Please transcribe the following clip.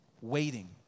waiting